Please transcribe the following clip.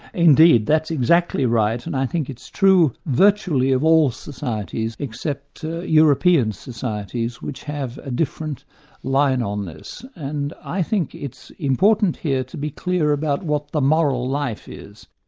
indeed. that's exactly right, and i think it's true virtually, of all societies, except european societies which have a different line on this. and i think it's important here to be clear about what the moral life is.